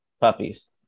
Puppies